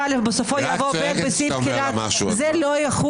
רגע, יוליה, תאפשרי לי להכריז נפלה, לא נפלה.